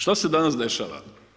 Što se danas dešava?